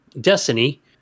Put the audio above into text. Destiny